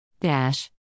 Dash